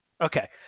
Okay